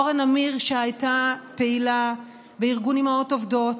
אורה נמיר שהייתה פעילה בארגון אימהות עובדות,